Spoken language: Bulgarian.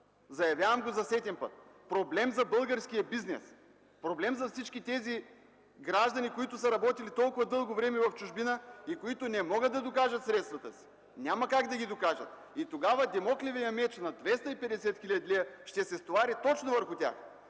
Заявявам го за сетен път – проблем за българския бизнес, проблем за всички тези граждани, които са работили толкова дълго време в чужбина и които не могат да докажат средствата си. Те няма как да ги докажат и тогава Дамоклевият меч ще се стовари точно върху тях,